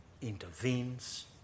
intervenes